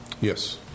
yes